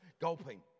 gulping